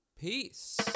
peace